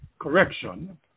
correction